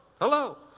Hello